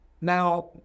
Now